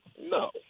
No